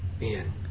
man